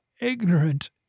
ignorant